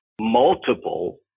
multiple